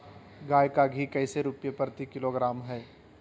गाय का घी कैसे रुपए प्रति किलोग्राम है?